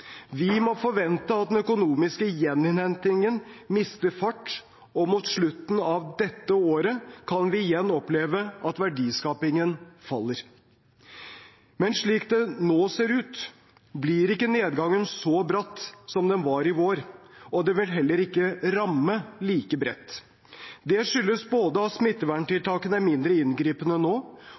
Vi må forvente at den økonomiske gjeninnhentingen mister fart, og mot slutten av dette året kan vi igjen oppleve at verdiskapingen faller. Men slik det nå ser ut, blir ikke nedgangen så bratt som den var i vår, og den vil heller ikke ramme like bredt. Det skyldes både at smitteverntiltakene er mindre inngripende nå,